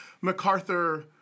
MacArthur